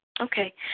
Okay